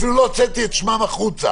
אפילו לא הוצאתי את שמם החוצה